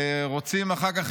רוצים אחר כך,